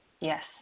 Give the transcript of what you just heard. Yes